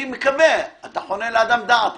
אתה חונן לאדם דעת.